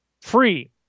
free